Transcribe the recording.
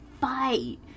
fight